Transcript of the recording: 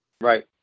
Right